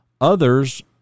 others